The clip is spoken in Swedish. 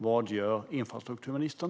Vad gör infrastrukturministern?